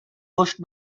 pushed